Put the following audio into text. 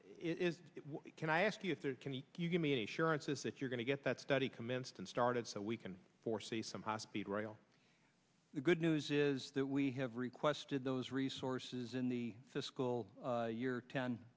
it is it can i ask you if there can be if you give me an insurance is if you're going to get that study commenced and started so we can foresee somehow speed rail the good news is that we have requested those resources in the fiscal year ten